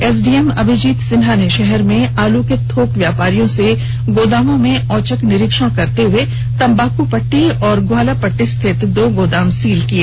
SDM Abhijit Sinha ने शहर में आलू के थोक व्यापरियों के गोदामों में औचक निरीक्षण करते हए तंबाकू पट्टी और ग्वाला पट्टी स्थित दो गोदाम सील कर दिए